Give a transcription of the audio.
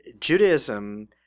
Judaism